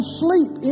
sleep